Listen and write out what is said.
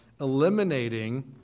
eliminating